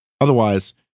Otherwise